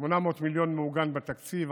800 מיליון מעוגן בתקציב,